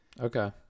Okay